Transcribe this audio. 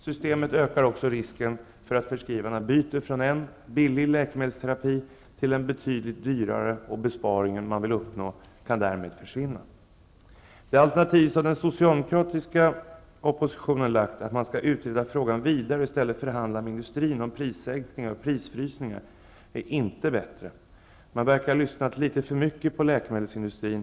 Systemet ökar också risken för att förskrivaren byter från en billig läkemedelsterapi till en betydligt dyrare, och den besparing man vill uppnå kan därmed försvinna. Det alternativ som den socialdemokratiska oppositionen har lagt fram, att man skall utreda frågan vidare och i stället förhandla med industrin om prissänkningar och prisfrysningar, är inte bättre. Man verkar ha lyssnat litet för mycket på läkemedelsindustrin.